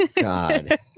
God